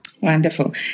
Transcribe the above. wonderful